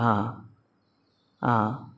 हां